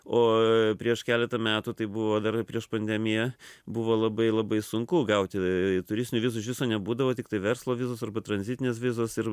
o prieš keletą metų tai buvo dar prieš pandemiją buvo labai labai sunku gauti turistinių vizų iš viso nebūdavo tiktai verslo vizos arba tranzitinės vizos ir